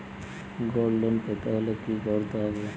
Gold loan পেতে হলে কি করতে হবে?